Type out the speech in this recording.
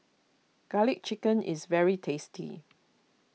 Garlic Chicken is very tasty